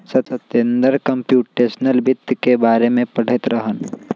Satender computational वित्त के बारे में पढ़ईत रहन